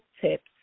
tips